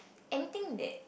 anything that